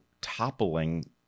toppling